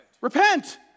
Repent